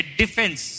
defense